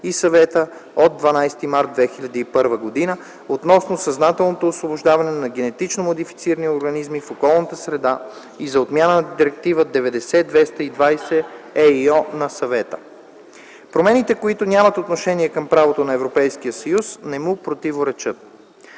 на Съвета от 12 март 2001 г. относно съзнателното освобождаване на генетично модифицирани организми в околната среда и за отмяна на Директива 90/220/ЕИО на Съвета. Промените, които нямат отношение към правото на Европейския съюз, не му противоречат.